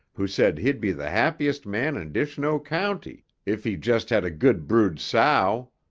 who said he'd be the happiest man in dishnoe county if he just had a good brood sow.